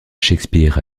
shakespeare